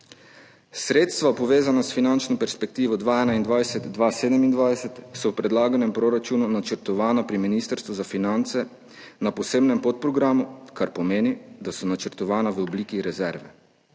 Sredstva, povezana s finančno perspektivo 2021–2027, so v predlaganem proračunu načrtovana pri Ministrstvu za finance na posebnem podprogramu, kar pomeni, da so načrtovana v obliki rezerve.